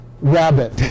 rabbit